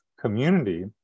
community